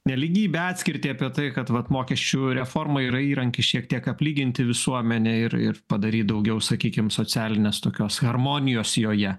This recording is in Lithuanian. nelygybę atskirtį apie tai kad vat mokesčių reforma yra įrankis šiek tiek aplyginti visuomenę ir ir padaryt daugiau sakykim socialinės tokios harmonijos joje